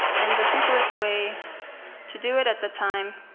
and the simplest way to do it, at the time,